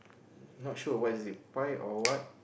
not sure what is it pie or what